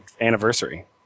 anniversary